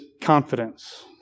confidence